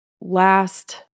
last